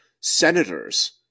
senators